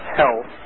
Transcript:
health